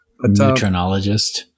Neutronologist